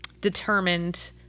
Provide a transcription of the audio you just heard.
determined